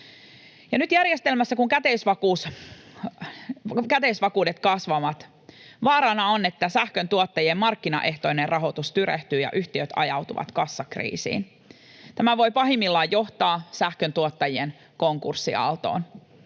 kun järjestelmässä käteisvakuudet kasvavat, niin vaarana on, että sähköntuottajien markkinaehtoinen rahoitus tyrehtyy ja yhtiöt ajautuvat kassakriisiin. Tämä voi pahimmillaan johtaa sähköntuottajien konkurssiaaltoon.